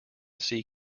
see